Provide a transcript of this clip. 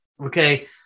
Okay